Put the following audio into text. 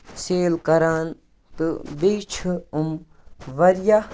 sale کران تہٕ بیٚیہِ چھ یِم واریاہ